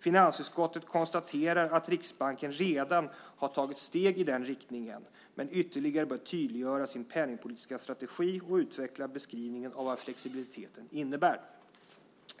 Finansutskottet konstaterar att Riksbanken redan tagit steg i den riktningen men bör ytterligare tydliggöra sin penningpolitiska strategi och utveckla beskrivningen av vad flexibiliteten innebär.